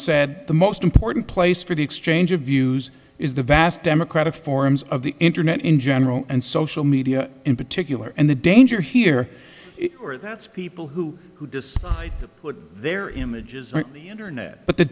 said the most important place for the exchange of views is the vast democratic forums of the internet in general and social media in particular and the danger here are that's people who who decide to put their images on the internet but the